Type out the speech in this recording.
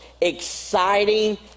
exciting